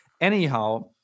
Anyhow